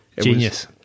Genius